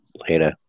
Later